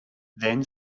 then